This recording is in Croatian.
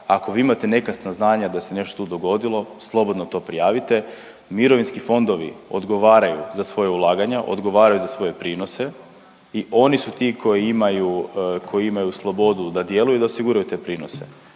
Ako vi imate neka saznanja da se nešto tu dogodilo, slobodno to prijavite. Mirovinski fondovi odgovaraju za svoja ulaganja, odgovaraju za svoje prinose i oni su ti koji imaju, koji imaju slobodu da djeluju i da osiguraju te prinose.